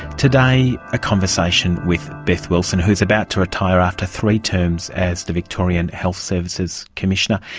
today, a conversation with beth wilson, who is about to retire after three terms as the victorian health services commissioner.